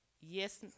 yes